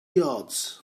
yards